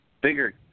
bigger